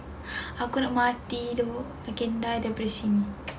aku nak mati though I can die daripada sini